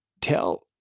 Tell